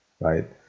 right